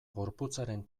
gorputzaren